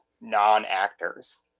non-actors